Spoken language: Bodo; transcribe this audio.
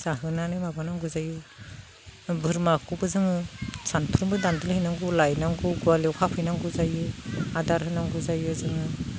जाहोनानै माबानांगौ जायो बोरमाखौबो जोङो सानफ्रोमबो दान्दोल होनांगौ लायनांगौ गहालियाव खाफैनांगौ जायो आदार होनांगौ जायो जोङो